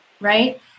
right